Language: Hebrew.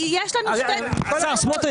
השר סמוטריץ',